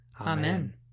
Amen